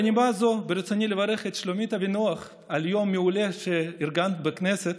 בנימה זו ברצוני לברך את שלומית אבינח על יום מעולה שארגנת בכנסת,